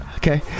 Okay